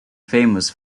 famous